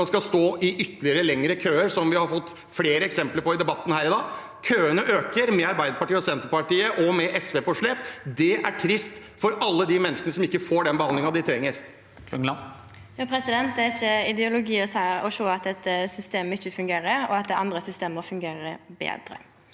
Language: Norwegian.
man skal stå i ytterligere lengre køer, som vi har fått flere eksempler på i debatten her i dag. Køene øker med Arbeiderpartiet og Senterpartiet med SV på slep. Det er trist for alle de menneskene som ikke får den behandlingen de trenger. Lisa Marie Ness Klungland (Sp) Det er ikkje ideologi å seia at dette systemet ikkje fungerer, og at andre system fungerer betre.